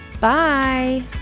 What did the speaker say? Bye